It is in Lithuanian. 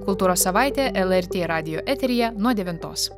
kultūros savaitė el er tė radijo eteryje nuo devintos